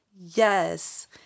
Yes